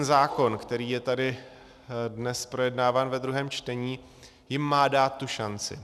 Zákon, který je tady dnes projednáván ve druhém čtení, jim má dát tu šanci.